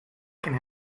can